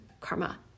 karma